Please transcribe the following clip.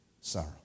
sorrow